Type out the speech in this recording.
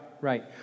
right